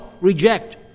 reject